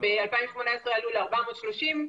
ב-2018 עלו ל-430,